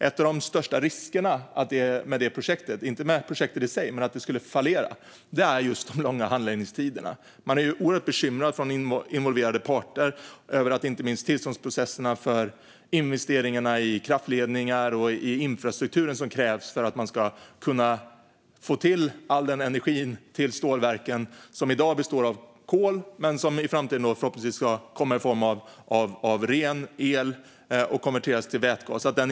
En av de största riskerna med det projektet - inte med projektet i sig men att det skulle fallera - är just de långa handläggningstiderna. Involverade parter är oerhört bekymrade över att det ska ta för lång tid att få tillstånd för de investeringarna i kraftledningar och den infrastruktur som krävs för att man ska kunna få till all energi som behövs till stålverken. Den energin består i dag av kol men ska i framtiden förhoppningsvis komma i form av ren el och konverteras till vätgas.